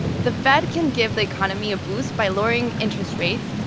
the fed can give the economy a boost by lowering interest rates,